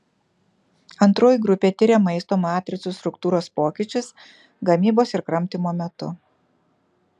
antroji grupė tiria maisto matricų struktūros pokyčius gamybos ir kramtymo metu